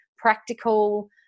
practical